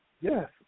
yes